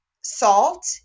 salt